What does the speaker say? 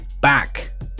back